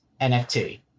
NFT